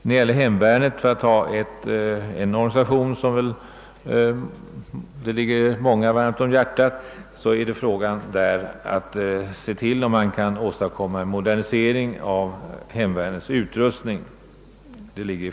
I fråga om hemvärnet, för att nämna en organisation som ligger många varmt om hjärtat, bör man åstadkomma en modernisering av utrustningen.